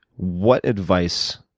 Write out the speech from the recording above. what advice,